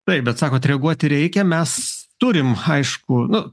taip bet sakot reaguoti reikia mes turim aišku nu